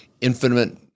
infinite